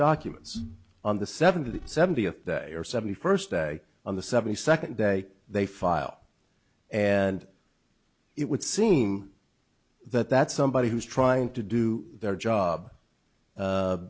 documents on the seventy seventy of or seventy first day on the seventy second day they file and it would seem that that's somebody who's trying to do their job